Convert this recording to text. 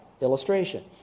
illustration